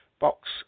box